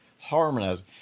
harmonize